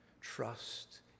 Trust